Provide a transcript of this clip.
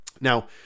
Now